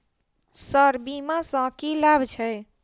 Sir बीमा सँ की लाभ छैय?